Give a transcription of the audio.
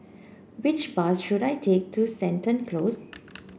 which bus should I take to Seton Close